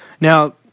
Now